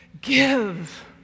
give